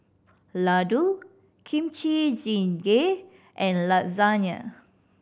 Ladoo Kimchi Jjigae and Lasagne